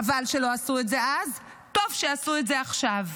חבל שלא עשו את זה אז, טוב שעשו את זה עכשיו.